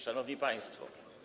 Szanowni Państwo!